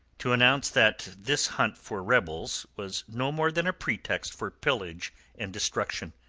to announce that this hunt for rebels was no more than a pretext for pillage and destruction.